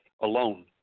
alone